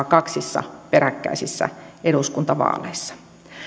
kaksissa peräkkäisissä eduskuntavaaleissa